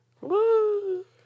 Woo